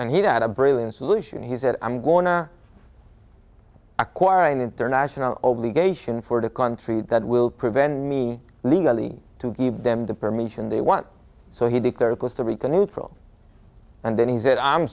solution he said i'm going to acquire an international obligation for the country that will prevent me legally to keep them the permission they want so he declared costa rica neutral and then he said i'm